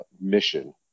mission